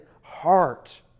heart